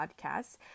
Podcasts